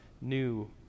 new